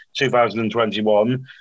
2021